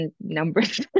numbers